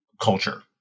culture